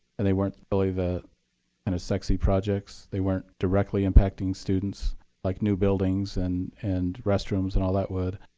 and they weren't really the and sexy projects. they weren't directly impacting students like new buildings and and restrooms and all that would.